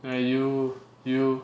you you